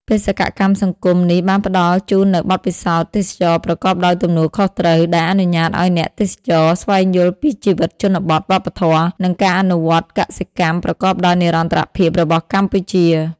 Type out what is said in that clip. បេសកកម្មសង្គមនេះបានផ្តល់ជូននូវបទពិសោធន៍ទេសចរណ៍ប្រកបដោយទំនួលខុសត្រូវ ដែលអនុញ្ញាតឱ្យអ្នកទេសចរស្វែងយល់ពីជីវិតជនបទ វប្បធម៌ និងការអនុវត្តកសិកម្មប្រកបដោយនិរន្តរភាពរបស់កម្ពុជា ។